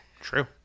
True